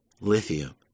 Lithium